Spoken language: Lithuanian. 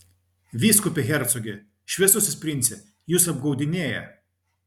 vyskupe hercoge šviesusis prince jus apgaudinėja